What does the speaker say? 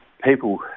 people